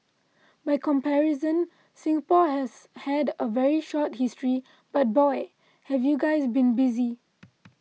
by comparison Singapore has had a very short history but boy have you guys been busy